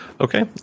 Okay